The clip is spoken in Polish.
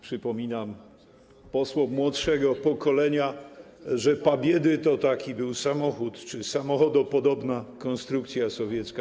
Przypominam posłom młodszego pokolenia, że pobieda to był taki samochód czy samochodopodobna konstrukcja sowiecka.